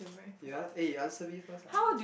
ya eh you answer me first lah